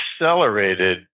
accelerated